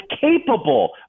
capable